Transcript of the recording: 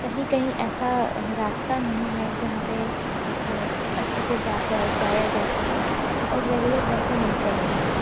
कहीं कहीं ऐसा रास्ता नहीं है जहाँ पे अच्छे से जा जाया जा सके और रेगुलर बसें नहीं चलती है